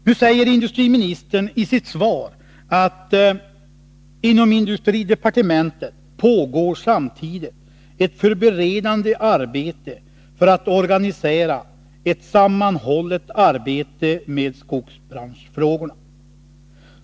Nu säger industriministern i sitt svar: ”Inom industridepartementet pågår samtidigt ett förberedande arbete för att organisera ett sammanhållet arbete med skogsbranschfrågorna.